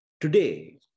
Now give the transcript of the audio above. Today